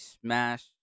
smash